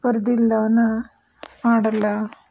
ಬರ್ದಿಲ್ಲಾನಾ ಮಾಡಲ್ಲ